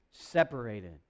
separated